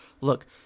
look